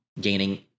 gaining